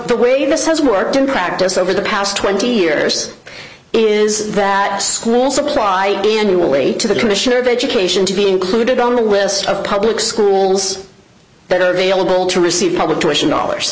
the way this has worked in practice over the past twenty years is that schools apply in any way to the commissioner of education to be included on the list of public schools that are available to receive public d